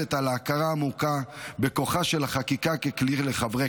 מלמדת על ההכרה העמוקה בכוחה של החקיקה ככלי לחברי